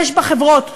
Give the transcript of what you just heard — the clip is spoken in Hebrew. יש בה חברות טובות,